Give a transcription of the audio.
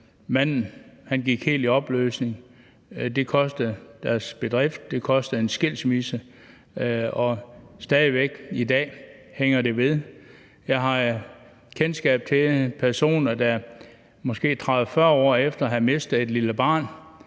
manden gik helt i opløsning. Det kostede deres bedrift, det medførte en skilsmisse, og det hænger stadig ved i dag. Jeg har kendskab til personer, der måske 30-40 år efter at have mistet et lille barn,